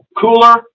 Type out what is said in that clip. cooler